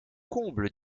comble